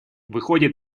выходит